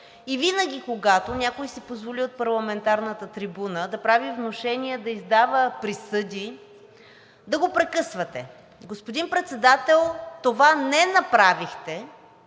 и винаги, когато някой си позволи от парламентарната трибуна да прави внушения, да издава присъди, да го прекъсвате. Господин Председател, това не направихте,